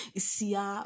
isia